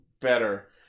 better